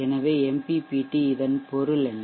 எனவே MPPT இதன் பொருள் என்ன